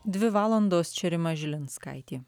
dvi valandos čia rima žilinskaitė